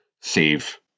save